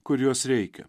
kur jos reikia